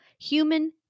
human